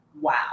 wow